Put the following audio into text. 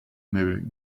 moving